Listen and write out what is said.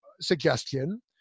suggestion